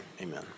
Amen